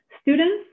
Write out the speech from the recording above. students